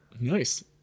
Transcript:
Nice